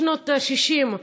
משנות ה-60,